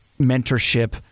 Mentorship